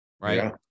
Right